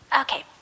Okay